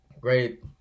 great